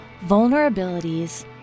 vulnerabilities